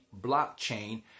blockchain